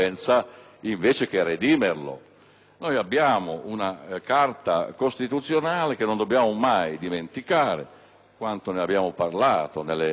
Abbiamo una Carta costituzionale che non dobbiamo mai dimenticare (quanto ne abbiamo parlato nelle scorse, tragiche ore)